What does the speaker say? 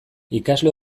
ikasle